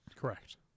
Correct